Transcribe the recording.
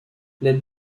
les